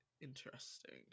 interesting